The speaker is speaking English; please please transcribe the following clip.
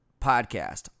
podcast